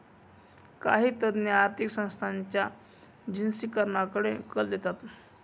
काही तज्ञ आर्थिक संस्थांच्या जिनसीकरणाकडे कल देतात